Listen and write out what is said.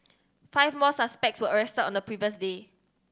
five more suspects were arrested on the previous day